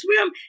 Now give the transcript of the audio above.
swim